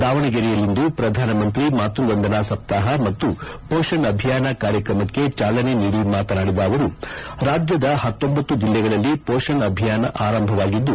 ದಾವಣಗೆರೆಯಲ್ಲಿಂದು ಪ್ರಧಾನಮಂತ್ರಿ ಮಾತ್ಯ ವಂದನಾ ಸಪ್ತಾಪ ಮತ್ತು ಪೋಷಣ್ ಅಭಿಯಾನ ಕಾರ್ಯಕ್ರಮಕ್ಕೆ ಚಾಲನೆ ನೀಡಿ ಮಾತನಾಡಿದ ಅವರು ರಾಜ್ಯದ ಪತ್ತೊಂಬತ್ತು ಜಿಲ್ಲೆಗಳಲ್ಲಿ ಪೋಷಣ್ ಅಭಿಯಾನ ಅರಂಭವಾಗಿದ್ದು